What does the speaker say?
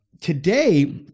Today